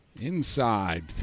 Inside